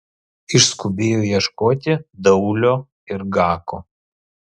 išskubėjo ieškoti daulio ir gako